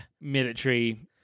military